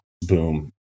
boom